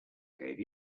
gave